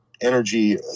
energy